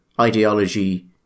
ideology